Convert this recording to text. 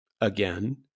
again